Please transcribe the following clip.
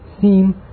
seem